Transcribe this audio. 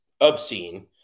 obscene